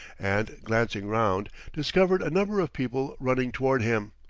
and glancing round, discovered a number of people running toward him.